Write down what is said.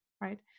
right